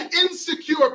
Insecure